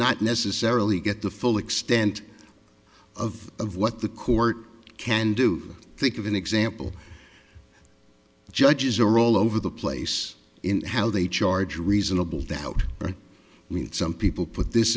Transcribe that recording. not necessarily get the full extent of of what the court can do think of an example the judges are all over the place in how they charge reasonable doubt i mean some people put this